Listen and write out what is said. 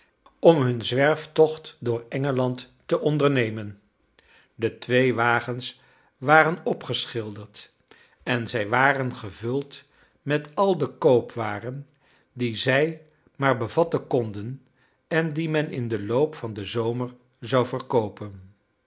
om hun zwerftocht door engeland te ondernemen de twee wagens waren opgeschilderd en zij waren gevuld met al de koopwaren die zij maar bevatten konden en die men in den loop van den zomer zou verkoopen